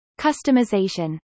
Customization